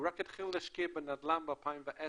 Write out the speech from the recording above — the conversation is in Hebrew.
היא התחילה להשקיע בנדל"ן רק ב-2010.